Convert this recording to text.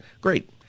Great